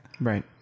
Right